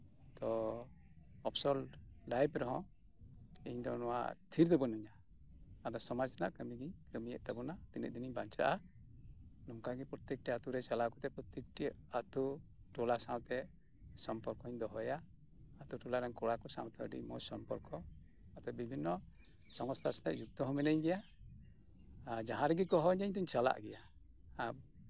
ᱛᱚ ᱚᱯᱥᱚᱨ ᱞᱟᱭᱤᱯᱷ ᱨᱮᱦᱚᱸ ᱤᱧ ᱫᱚ ᱱᱚᱣᱟ ᱛᱷᱤᱨ ᱫᱚ ᱵᱟᱹᱱᱩᱧᱟ ᱟᱫᱚ ᱥᱚᱢᱟᱡᱽ ᱨᱮᱱᱟᱜ ᱠᱟᱹᱢᱤ ᱜᱤᱧ ᱠᱟᱹᱢᱤᱭᱮᱜ ᱛᱟᱵᱚᱱᱟ ᱟᱫᱚ ᱛᱤᱱᱟᱹᱜ ᱫᱤᱱᱤᱧ ᱵᱟᱧᱪᱟᱜᱼᱟ ᱱᱚᱝᱠᱟᱜᱮ ᱯᱨᱚᱛᱛᱮᱠᱴᱤ ᱟᱹᱛᱩ ᱨᱮ ᱪᱟᱞᱟᱣ ᱠᱟᱛᱮ ᱯᱨᱚᱛᱛᱮᱠ ᱟᱛᱩ ᱴᱚᱞᱟ ᱥᱟᱶᱛᱮ ᱥᱚᱢᱯᱚᱨᱠᱚᱧ ᱫᱚᱦᱚᱭᱟ ᱟᱹᱛᱩ ᱴᱚᱞᱟᱨᱮᱱ ᱠᱚᱲᱟ ᱠᱚ ᱥᱟᱶᱛᱮ ᱟᱹᱰᱤ ᱢᱚᱸᱡᱽ ᱥᱚᱢᱯᱚᱨᱠᱚ ᱛᱟᱛᱮ ᱵᱤᱵᱷᱤᱱᱱᱚ ᱥᱚᱝᱥᱛᱟ ᱥᱟᱛᱮᱜ ᱡᱩᱞᱛᱚ ᱦᱚᱸ ᱢᱤᱱᱟᱹᱧ ᱜᱮᱭᱟ ᱟᱨ ᱡᱟᱸᱦᱟ ᱨᱮᱜᱮ ᱠᱚ ᱦᱚᱦᱚ ᱤᱧᱟ ᱤᱧᱫᱩᱧ ᱪᱟᱞᱟᱜ ᱜᱮᱭᱟ